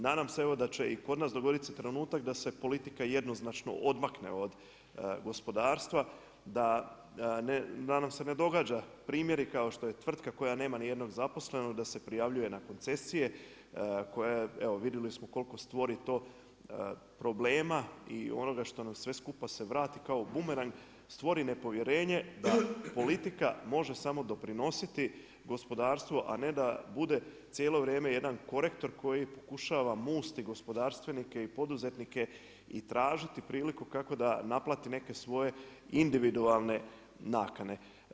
Nadam se evo da će i kod nas dogoditi se trenutak da se politika jednoznačno odmakne od gospodarstva, da nam se ne događaju primjeri kao što je tvrtka koja nema ni jednog zaposlenog, da se prijavljuje na koncesije, koja je, evo vidjeli smo koliko stvori to problema i onoga što nam sve skupa se vrati kao bumerang stvori nepovjerenje da politika može samo doprinositi gospodarstvu a ne da bude cijelo vrijeme jedan korektor koji pokušava musti gospodarstvenike i poduzetnike i tražiti priliku kako da naplati neke svoje individualne nakane.